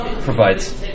provides